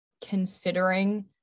considering